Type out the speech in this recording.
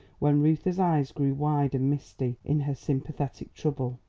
when reuther's eyes grew wide and misty in her sympathetic trouble.